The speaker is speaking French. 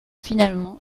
finalement